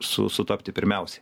su sutapti pirmiausiai